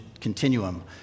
continuum